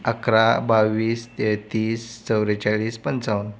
अकरा बावीस तेहतीस चौवेचाळीस पंचावन्न